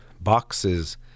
boxes